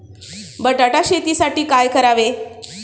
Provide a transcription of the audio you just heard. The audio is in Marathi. बटाटा शेतीसाठी काय करावे?